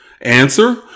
Answer